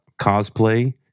cosplay